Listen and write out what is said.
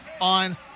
on